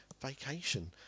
vacation